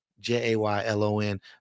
j-a-y-l-o-n